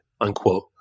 Unquote